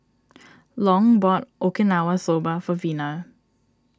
Long bought Okinawa Soba for Vina